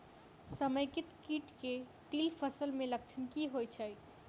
समेकित कीट केँ तिल फसल मे लक्षण की होइ छै?